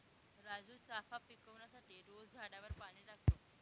राजू चाफा पिकवण्यासाठी रोज झाडावर पाणी टाकतो